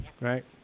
right